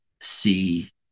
see